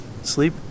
sleep